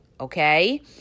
Okay